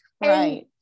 right